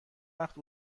وقت